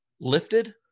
lifted